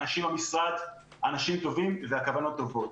האנשים במשרד הם אנשים טובים והכוונות טובות.